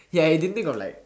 ya you didn't think of like